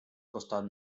costat